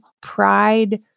pride